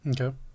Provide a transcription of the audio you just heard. Okay